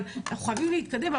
אבל אנחנו חייבים להתקדם.